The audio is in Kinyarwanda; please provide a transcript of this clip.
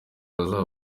bazaba